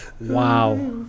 Wow